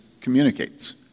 communicates